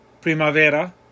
primavera